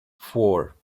four